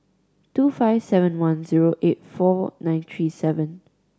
two five seven one zero eight four nine tree seven